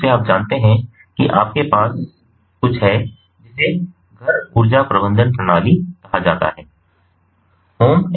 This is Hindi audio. तो मूल रूप से आप जानते हैं आपके पास कुछ है जिसे घर ऊर्जा प्रबंधन प्रणाली कहा जाता है